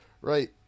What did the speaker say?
Right